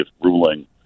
ruling